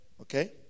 okay